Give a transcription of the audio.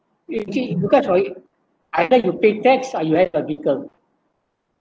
you can cut for it either you pay tax or you have a vehicle